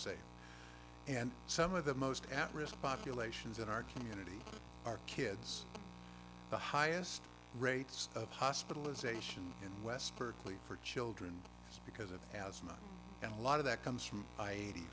safe and some of the most at risk populations in our community are kids the highest rates of hospitalization in west pertly for children because of asthma and a lot of that comes from i